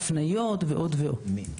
הפניות וכולי.